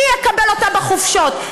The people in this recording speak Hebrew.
מי יקבל אותה בחופשות?